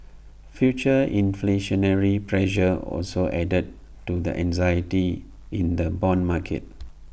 future inflationary pressure also added to the anxiety in the Bond market